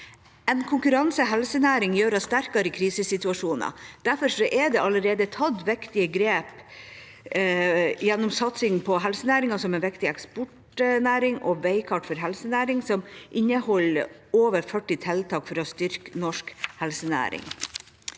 En konkurransedyktig helsenæring gjør oss sterkere i krisesituasjoner. Derfor er det allerede tatt viktige grep gjennom satsing på helsenæringen som en viktig eksportnæring, og med et veikart for helsenæringen som inneholder over 40 tiltak for å styrke norsk helsenæring.